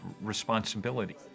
responsibility